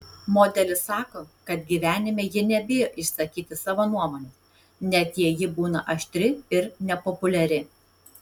modelis sako kad gyvenime ji nebijo išsakyti savo nuomonės net jei ji būna aštri ir nepopuliari